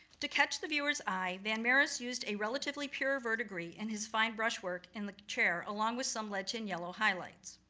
to catch the viewers eye, van mieris used a relatively pure verdigris in his fine brushwork in the chair, along with some lead-tin yellow highlights.